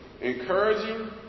encouraging